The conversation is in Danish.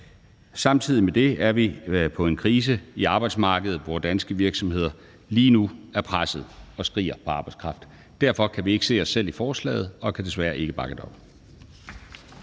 Samtidig med det er vi i en krise på arbejdsmarkedet, hvor danske virksomheder lige nu er pressede og skriger på arbejdskraft. Derfor kan vi ikke se os selv i forslaget, og vi kan desværre ikke bakke det op.